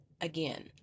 Again